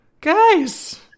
guys